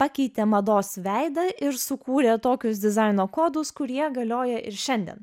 pakeitė mados veidą ir sukūrė tokius dizaino kodus kurie galioja ir šiandien